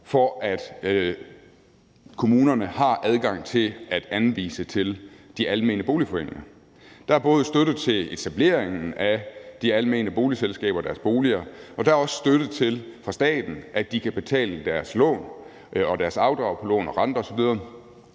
for, at kommunerne har adgang til at anvise til de almene boligforeninger. Der er både støtte til etableringen af de almene boligselskaber og deres boliger, og der er også støtte fra staten til, at de kan betale deres lån og deres afdrag på lån, renter osv.